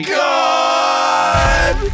god